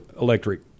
electric